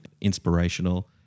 inspirational